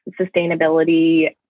sustainability